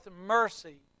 mercy